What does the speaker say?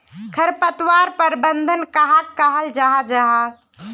खरपतवार प्रबंधन कहाक कहाल जाहा जाहा?